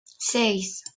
seis